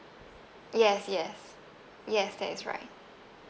yes yes yes that is right